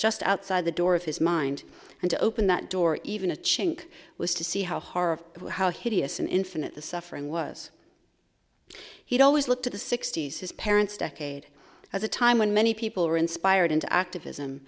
just outside the door of his mind and to open that door even a chink was to see how horrible how hideous and infinite the suffering was he'd always look to the sixty's his parents decade as a time when many people were inspired into activism